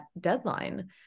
deadline